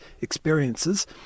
experiences